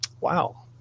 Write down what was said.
Wow